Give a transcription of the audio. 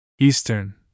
eastern